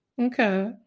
Okay